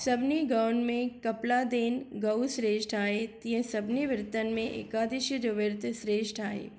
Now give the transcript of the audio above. सभिनी गऊनि में कपलादीन गऊ श्रेष्ठ आहे तीअं सभिनी विर्तनि में एकादशी जो विर्तु श्रेष्ठ आहे